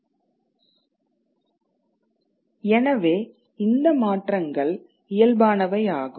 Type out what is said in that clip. எனவே இந்த மாற்றங்கள் இயல்பானவை ஆகும்